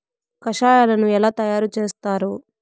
కషాయాలను ఎలా తయారు చేస్తారు?